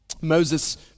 Moses